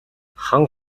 хан